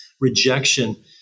rejection